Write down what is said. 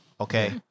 Okay